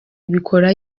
ibikora